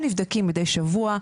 הם נבדקים מדי שבוע,